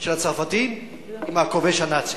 של הצרפתים עם הכובש הנאצי.